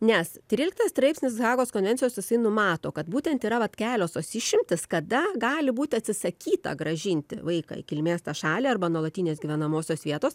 nes tryliktas straipsnis hagos konvencijos jisai numato kad būtent yra vat kelios tos išimtys kada gali būti atsisakyta grąžinti vaiką į kilmės tą šalį arba nuolatinės gyvenamosios vietos